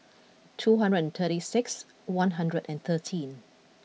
two hundred and thirty six one hundred and thirteen